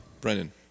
Brennan